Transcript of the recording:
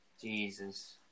Jesus